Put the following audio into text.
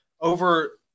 over